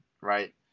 Right